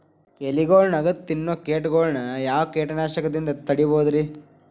ಎಲಿಗೊಳ್ನ ಅಗದು ತಿನ್ನೋ ಕೇಟಗೊಳ್ನ ಯಾವ ಕೇಟನಾಶಕದಿಂದ ತಡಿಬೋದ್ ರಿ?